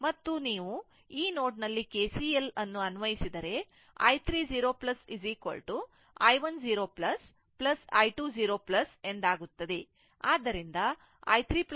ಮತ್ತು ಈಗ ನೀವು ಈ ನೋಡ್ ನಲ್ಲಿ KCL ಅನ್ನು ಅನ್ವಯಿಸಿದರೆ i3 0 i10 i20 ಎಂದಾಗುತ್ತದೆ